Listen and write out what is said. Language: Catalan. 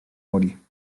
morí